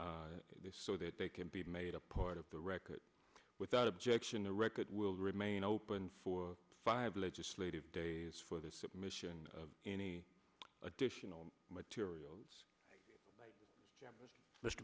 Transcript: so that they can be made a part of the record without objection the record will remain open for five legislative days for the submission of any additional material